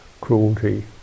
cruelty